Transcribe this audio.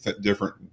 different